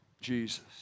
Jesus